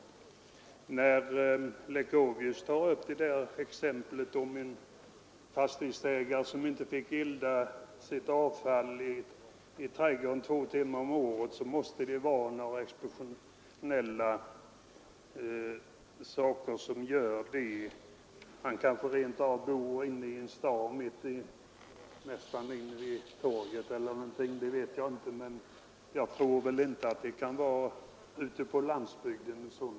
Herr Leuchovius nämnde en fastighetsägare som inte fick elda sitt avfall i trädgården två timmar om året. Det måste vara exceptionella skäl i så fall som gjort att han fått nej. Han kanske rent av bor mitt inne i en stad, nästan vid torget eller liknande. Jag tror i alla fall inte att det kan hända någon som bor ute på landsbygden.